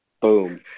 Boom